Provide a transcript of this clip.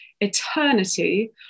eternity